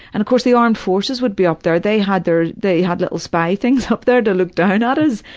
and of course the armed forces would be up there. they had their they had little spy things up there to look down at us.